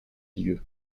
lieux